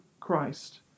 Christ